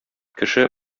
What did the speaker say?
кеше